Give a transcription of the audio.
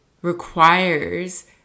requires